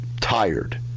tired